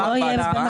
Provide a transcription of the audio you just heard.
ולא רק בהצבעה.